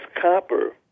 copper